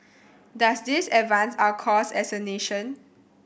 does this advance our cause as a nation